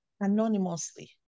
anonymously